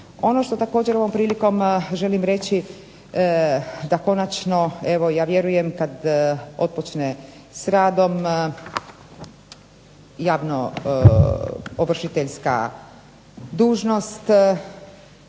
Ono što također ovom prilikom želim reći da konačno evo ja vjerujem kada otpočnem s radom javno ovršiteljska dužnost